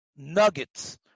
nuggets